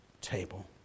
table